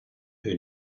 who